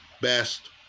best